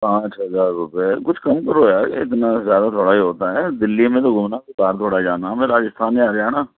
پانچ ہزار روپئے کچھ کم کرو یار اتنا زیادہ تھوڑا ہی ہوتا ہے دلّی میں تو گُھومنا ہے کوئی باہر تھوڑا ہی جانا ہے ہمیں راجستھان یا ہریانہ